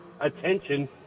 attention